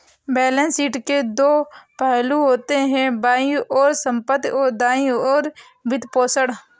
balance sheet के दो पहलू होते हैं, बाईं ओर संपत्ति, और दाईं ओर वित्तपोषण